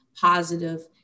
positive